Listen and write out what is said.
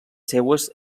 seues